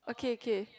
okay okay